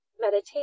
meditation